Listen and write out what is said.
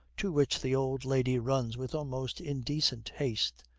to which the old lady runs with almost indecent haste.